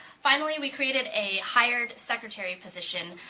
finally, we created a hired secretary position,